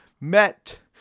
met